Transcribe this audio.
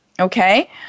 okay